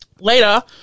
Later